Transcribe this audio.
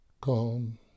Calm